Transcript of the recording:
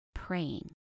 praying